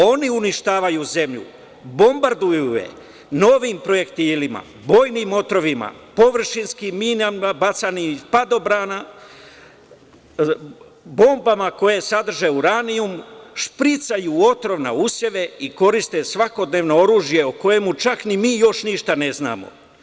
Oni uništavaju zemlju, bombarduju je novim projektilima, bojnim otrovima, površinskim minama bacanim iz padobrana, bombama koje sadrže uranijum, špricaju otrov na useve i koriste svakodnevno oružje o kojem čak ni mi još ništa ne znamo.